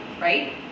right